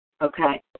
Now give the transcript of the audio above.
okay